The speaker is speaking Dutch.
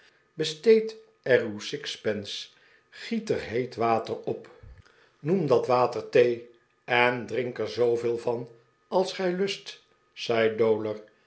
besteed er uw sixpence giet er heet water op noem dat de pickwick club water thee en drink er zooveel van als gij lust zei dowler